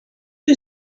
you